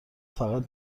فقط